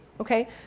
okay